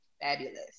fabulous